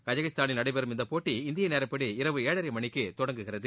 கஜகிஸ்தானில் நடைபெறும் இப்போட்டி இந்திய நேரப்படி இரவு ஏழனர மணிக்கு தொடங்குகிறது